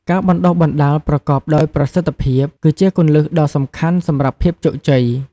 ការបណ្តុះបណ្តាលប្រកបដោយប្រសិទ្ធភាព គឺជាគន្លឹះដ៏សំខាន់សម្រាប់ភាពជោគជ័យ ។